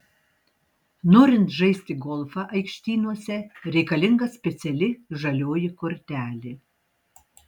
norint žaisti golfą aikštynuose reikalinga speciali žalioji kortelė